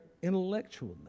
intellectually